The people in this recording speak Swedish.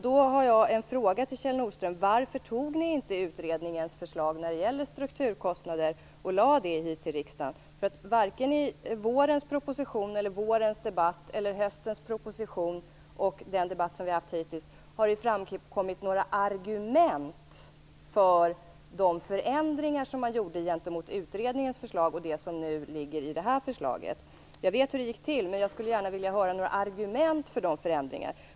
Då har jag en fråga till Kjell Nordström: Varför antog ni inte utredningens förslag när det gäller strukturkostnader och lade fram detta inför riksdagen? Varken i vårens proposition, vårens debatt, höstens proposition eller den debatt som vi hittills har fört har det framkommit några argument för de förändringar som man gjorde i det här förslaget jämfört med utredningens förslag. Jag vet hur det gick till, men jag skulle gärna vilja höra några argument för dessa förändringar.